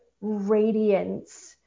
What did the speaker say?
radiance